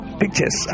pictures